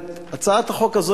הצעת החוק הזאת,